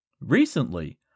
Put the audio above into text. Recently